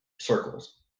circles